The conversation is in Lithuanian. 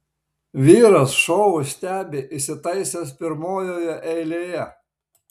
vyras šou stebi įsitaisęs pirmojoje eilėje